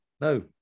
no